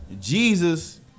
Jesus